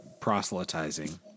proselytizing